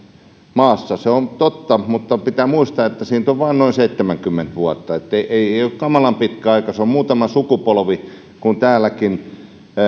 maassa se on totta mutta pitää muistaa että siitä on vain noin seitsemänkymmentä vuotta että ei ole kamalan pitkä aika se on muutama sukupolvi kun täälläkin